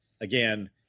again